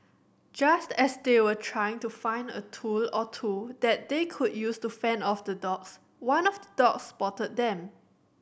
just as they were trying to find a tool or two that they could use to fend off the dogs one of the dogs spotted them